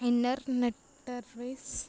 inner నెట్వేస్